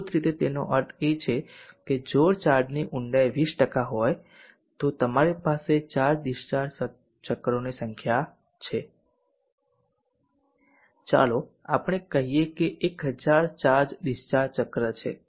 મૂળભૂત રીતે તેનો અર્થ એ છે કે જો ચાર્જની ઊંડાઈ 20 હોય તો તમારી પાસે ચાર્જ ડિસ્ચાર્જ ચક્રોની સંખ્યા છે ચાલો આપણે કહીએ કે 1000 ચાર્જ ડિસ્ચાર્જ ચક્ર છે